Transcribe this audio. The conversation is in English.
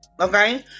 okay